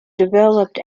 developed